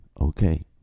okay